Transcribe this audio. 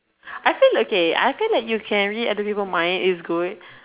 I think like okay when you can read other people mind is good